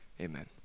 Amen